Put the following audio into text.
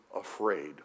afraid